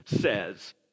says